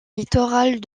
littorales